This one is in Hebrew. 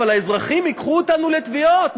אבל האזרחים ייקחו אותנו לתביעות,